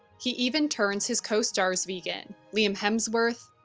he even turns his co-stars vegan. liam hemsworth,